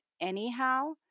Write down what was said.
anyhow